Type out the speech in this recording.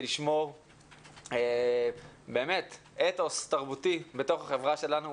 לשמור אתוס תרבותי בתוך החברה שלנו.